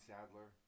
Sadler